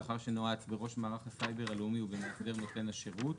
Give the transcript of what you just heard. לאחר שנועץ בראש מערך הסייבר הלאומי ובמאסדר נותן השירות,